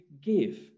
give